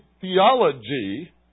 Theology